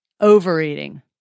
overeating